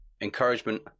Encouragement